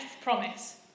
promise